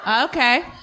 Okay